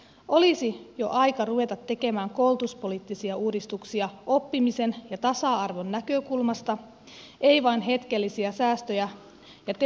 olisi jo aika ruveta tekemään koulutuspoliittisia uudistuksia oppimisen ja tasa arvon näkökulmasta ei vain hetkellisiä säästöjä ja tehokkuutta ajatellen